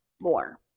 more